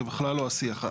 זה בכלל לא השיח.